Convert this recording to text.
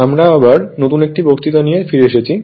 আমরা আবার নতুন একটি বক্তৃতা নিয়ে ফিরে এসেছি